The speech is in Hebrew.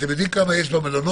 אתם יודעים כמה יש במלונות,